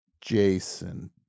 Jason